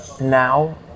now